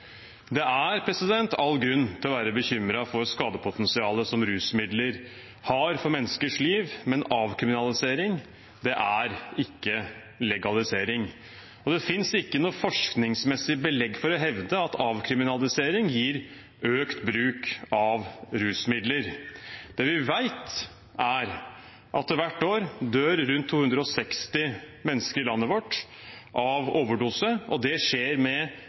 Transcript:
Det er all grunn til å være bekymret for skadepotensialet som rusmidler har for menneskers liv, men avkriminalisering er ikke legalisering. Og det finnes ikke noe forskningsmessig belegg for å hevde at avkriminalisering gir økt bruk av rusmidler. Det vi vet, er at det hvert år dør rundt 260 mennesker i landet vårt av overdose, og det skjer med